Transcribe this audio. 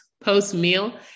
post-meal